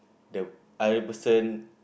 the other person